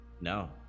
No